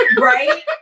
right